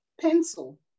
pencil